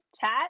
chat